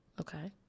Okay